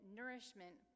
nourishment